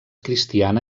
cristiana